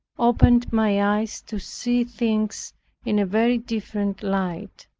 opened my eyes to see things in a very different light.